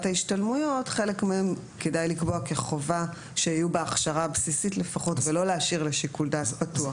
ההשתלמויות ולא להשאיר את זה לשיקול דעת פתוח?